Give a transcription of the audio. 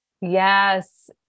Yes